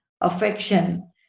affection